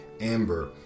amber